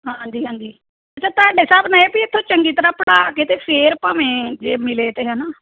ਹਾਂਜੀ ਹਾਂਜੀ ਅੱਛਾ ਤੁਹਾਡੇ ਹਿਸਾਬ ਨਾਲ ਇਹ ਵੀ ਇੱਥੋਂ ਚੰਗੀ ਤਰ੍ਹਾਂ ਪੜ੍ਹਾ ਕੇ ਅਤੇ ਫਿਰ ਭਾਵੇਂ ਜੇ ਮਿਲੇ ਅਤੇ ਹੈ ਨਾ